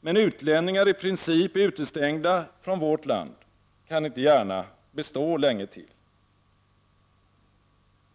men utlänningar i princip är utestängda från vårt land, kan inte gärna bestå länge till.